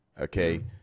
okay